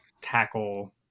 tackle